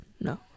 no